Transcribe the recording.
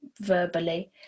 verbally